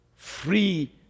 free